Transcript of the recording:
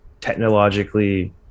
technologically